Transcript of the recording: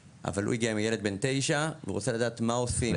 הוא הגיע עם ילד בן תשע, והוא רוצה לדעת מה עושים.